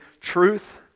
truth